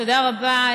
תודה רבה.